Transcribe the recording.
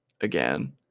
again